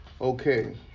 Okay